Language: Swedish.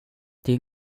till